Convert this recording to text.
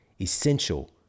essential